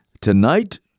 Tonight